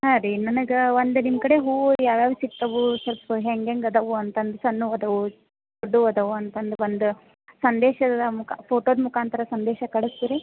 ಹಾಂ ರಿ ನನಗೆ ಒಂದೆ ನಿಮ್ಮ ಕಡೆ ಹೂವು ಯಾವ್ಯಾವು ಸಿಕ್ತವು ಸ್ವಲ್ಪ ಹೆಂಗೆ ಹೆಂಗೆ ಅದವು ಅಂತ ಅಂದು ಸಣ್ಣ ಹೂವು ಅದವು ದೊಡ್ಡ ಹೂವು ಅದಾವು ಅಂತ ಅಂದು ಒಂದು ಸಂದೇಶದ ಮುಖ ಫೋಟೋದ ಮುಖಾಂತರ ಸಂದೇಶ ಕಳಿಸ್ತೀರಿ